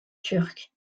turc